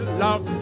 love